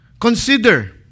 consider